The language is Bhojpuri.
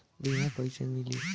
बीमा कैसे मिली?